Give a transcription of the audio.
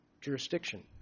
jurisdiction